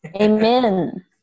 Amen